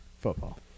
football